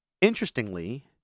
Interestingly